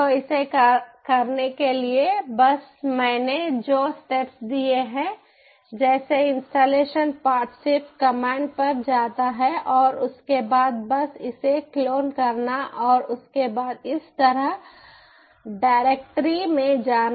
तो इसे करने के लिए बस मैंने जो स्टेप्स दिए हैं जैसे इंस्टॉलेशन पार्ट सिर्फ कमांड पर जाता है और उसके बाद बस इसे क्लोन करना और उसके बाद इस तरह डायरेक्टरी में जाना